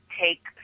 take